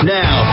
now